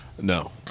No